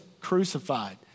crucified